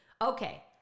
Okay